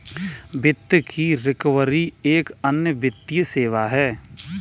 वित्त की रिकवरी एक अन्य वित्तीय सेवा है